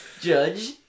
Judge